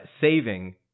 saving